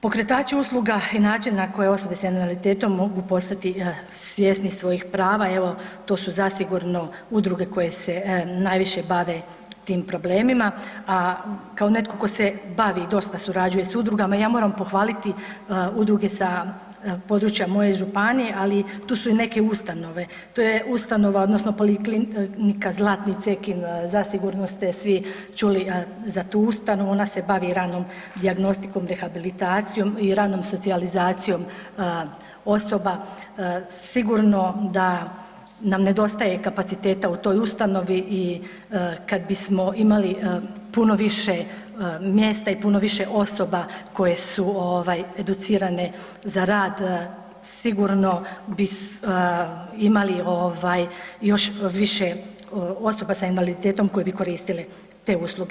Pokretači usluga i način na koje osobe sa invaliditetom mogu postati svjesni svojih prava, evo to su zasigurno udruge koje se najviše bave tim problemima a kao netko tko se bavi i dosta surađuje sa udrugama, ja moram pohvaliti udruge sa područja moje županije ali tu su i neke ustanove, to je ustanova odnosno poliklinika Zlatnik cekin, zasigurno ste svi čuli za tu ustanovu, ona se bavi ranom dijagnostikom, rehabilitacijom i ranom socijalizacijom osoba, sigurno da nam nedostaje kapaciteta u toj ustanovi i kad bismo imali puno više mjesta i puno više osoba koje su educirane za rad, sigurno bi imali još više osoba sa invaliditetom koje bi koristile te usluge.